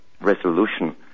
resolution